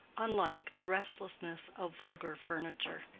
unlike the restlessness of vulgar furniture.